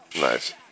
Nice